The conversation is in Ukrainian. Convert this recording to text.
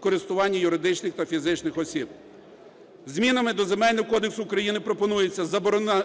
користування юридичних та фізичних осіб. Змінами до Земельного кодексу України пропонується